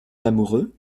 amoureux